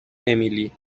امیلی